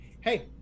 hey